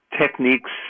techniques